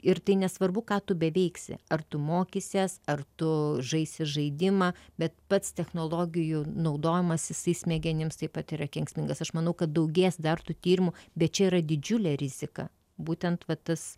ir tai nesvarbu ką tu beveiksi ar tu mokysies ar tu žaisi žaidimą bet pats technologijų naudojimas jisai smegenims taip pat yra kenksmingas aš manau kad daugės dar tų tyrimų bet čia yra didžiulė rizika būtent va tas